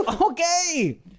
okay